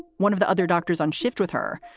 one of the other doctors on shift with her.